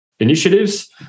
initiatives